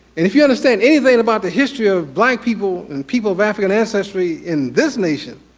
if you understand anything about the history of black people and people of african ancestry in this nation.